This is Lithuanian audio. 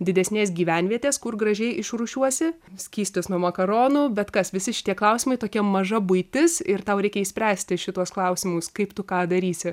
didesnės gyvenvietės kur gražiai išrūšiuosi skystis nuo makaronų bet kas visi šitie klausimai tokia maža buitis ir tau reikia išspręsti šituos klausimus kaip tu ką darysi